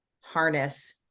harness